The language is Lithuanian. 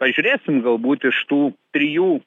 pažiūrėsim galbūt iš tų trijų